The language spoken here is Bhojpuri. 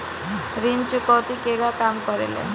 ऋण चुकौती केगा काम करेले?